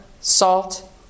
salt